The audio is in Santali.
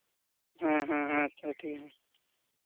ᱦᱮᱸ ᱦᱮᱸ ᱟᱪᱪᱷᱟ ᱴᱷᱤᱠ ᱜᱮᱭᱟ